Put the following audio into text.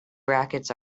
brackets